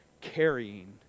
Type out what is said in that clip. carrying